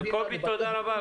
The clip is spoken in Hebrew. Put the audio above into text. תודה,